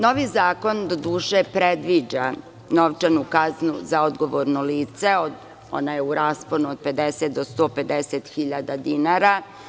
Novi zakon, doduše, predviđa novčanu kaznu za odgovorno lice, ona je u rasponu od 50.000 do 150.000 dinara.